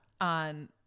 on